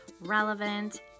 relevant